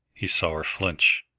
he saw her flinch.